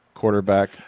quarterback